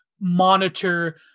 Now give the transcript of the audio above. monitor